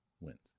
wins